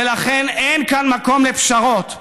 ולכן אין כאן מקום לפשרות.